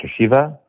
Shiva